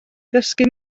ddysgu